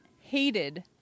hated